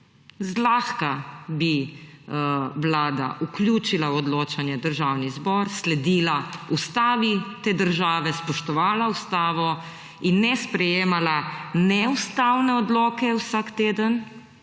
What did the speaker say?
zlahka bi Vlada vključila v odločanje Državni zbor, sledila ustavi te države, spoštovala ustavo in ne sprejemala neustavnih odlokov vsak teden,